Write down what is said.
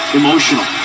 emotional